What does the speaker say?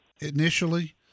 initially